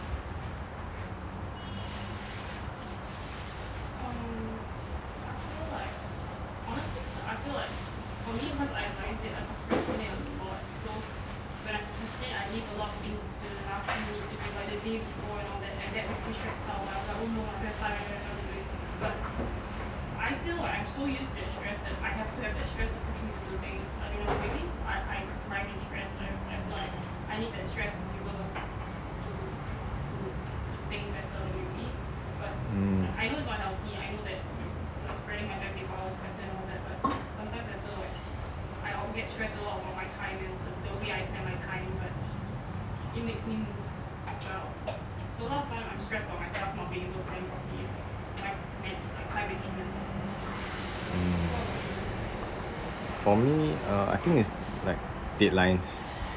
mm mm for me uh I think it's like deadlines